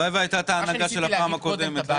הלוואי והייתה ההנהגה של הפעם הקודמת.